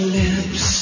lips